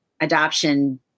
adoption